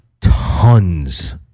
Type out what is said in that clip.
tons